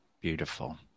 Beautiful